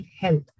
health